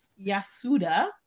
Yasuda